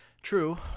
True